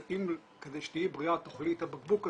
אז אם כדי שתהיי בריאה תאכלי את הבקבוק הזה,